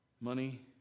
Money